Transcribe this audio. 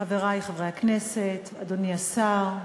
חברי חברי הכנסת, אדוני השר,